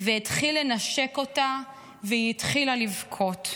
והתחיל לנשק אותה והיא התחילה לבכות",